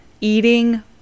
eating